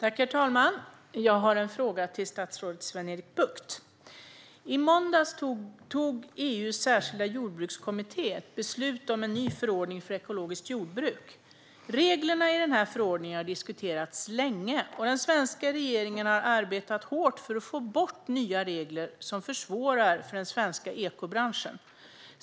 Herr talman! Jag har en fråga till statsrådet Sven-Erik Bucht. I måndags fattade EU:s särskilda jordbrukskommitté ett beslut om en ny förordning för ekologiskt jordbruk. Reglerna i förordningen har diskuterats länge. Den svenska regeringen har arbetat hårt för att få bort nya regler som försvårar för den svenska ekobranschen.